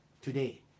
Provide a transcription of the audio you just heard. today